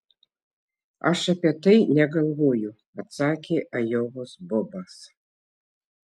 aš apie tai negalvoju atsakė ajovos bobas